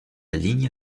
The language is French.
ligne